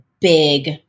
big